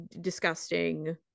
disgusting